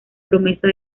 promesa